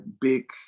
big